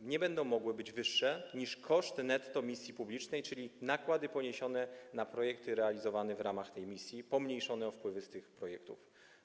nie będą mogły być wyższe niż koszt netto misji publicznej, czyli nakłady poniesione na projekty realizowane w ramach tej misji pomniejszone o wpływy z tych projektów.